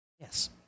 Yes